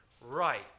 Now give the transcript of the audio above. right